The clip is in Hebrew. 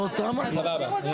זה אותם עלויות.